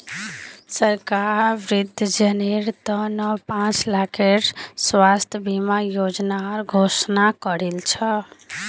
सरकार वृद्धजनेर त न पांच लाखेर स्वास्थ बीमा योजनार घोषणा करील छ